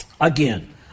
Again